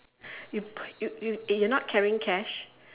you you you you are not carrying cash